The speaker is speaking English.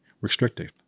restrictive